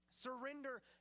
Surrender